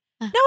No